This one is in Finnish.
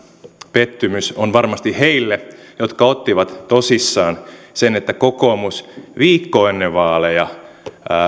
pettymys on varmasti heille jotka ottivat tosissaan sen että kokoomus viikkoa ennen vaaleja